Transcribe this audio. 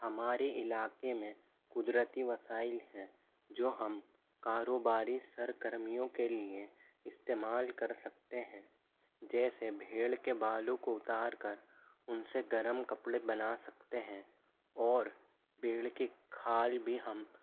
ہمارے علاقے میں قدرتی وسائل ہیں جو ہم کاروباری سرگرمیوں کے لیے استعمال کر سکتے ہیں جیسے بھیڑ کے بالوں کو اتار کر ان سے گرم کپڑے بنا سکتے ہیں اور بھیڑ کی کھال بھی ہم